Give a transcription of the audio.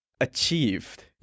achieved